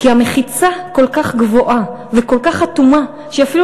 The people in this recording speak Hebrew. כי המחיצה כל כך גבוהה וכל כך אטומה שהיא אפילו